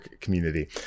community